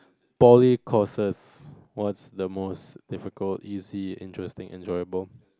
poly courses what's the most difficult easy interesting enjoyable